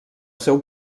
seu